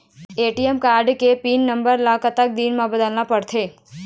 ATM card के pin number ला कतक दिन म बदलना पड़थे?